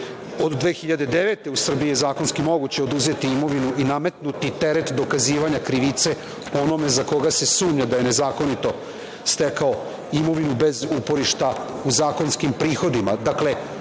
godine je u Srbiji zakonski moguće oduzeti imovinu i nametnuti teret dokazivanja krivice onome za koga se sumnja da je nezakonito stekao imovinu bez uporišta u zakonskim prihodima. Dakle,